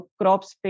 crops